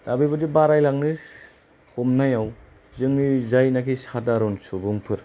दा बेबादि बारायलांनो हमनायाव जोंनि जायनोखि साधारन सुबुंफोर